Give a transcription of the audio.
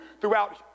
throughout